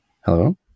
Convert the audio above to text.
Hello